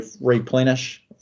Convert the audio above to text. replenish